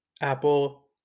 Apple